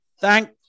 thank